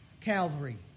Calvary